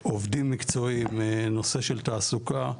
עובדים מקצועיים, נושא של תעסוקה,